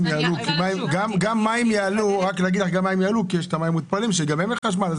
כי יש מים מותפלים שגם הם צורכים חשמל.